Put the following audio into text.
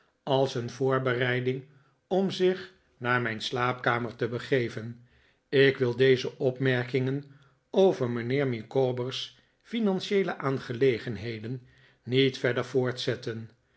als een voorbereiding om zich naar mijn slaapkamer te begeven ik wil deze opmerkingen over mijnheer micawber s financieele aangelegenheden niet verder voortzetten